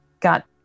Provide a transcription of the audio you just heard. got